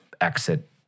exit